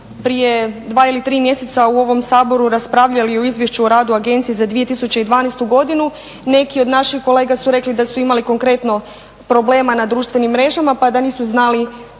prije dva ili tri mjeseca u ovom Saboru raspravljali o Izvješću o radu agencije za 2012. godinu neki od naših kolega su rekli da su imali konkretno problema na društvenim mrežama pa da nisu znali